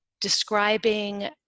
describing